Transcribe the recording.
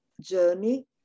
journey